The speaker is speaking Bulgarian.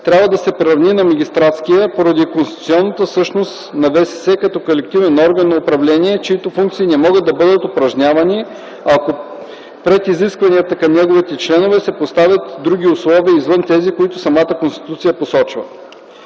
трябва да се приравни на магистратския поради конституционната същност на ВСС като колективен орган на управление, чиито функции не могат да бъдат упражнявани, ако пред изискванията към неговите членове се поставят други условия извън тези, които самата Конституция посочва.